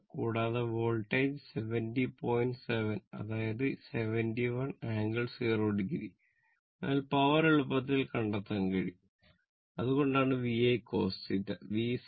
കൂടാതെ വോൾട്ടേജ് എളുപ്പത്തിൽ കണ്ടെത്താൻ കഴിയും അതുകൊണ്ടാണ് VI cos θ